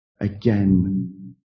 again